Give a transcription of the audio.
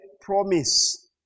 promise